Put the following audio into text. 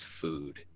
food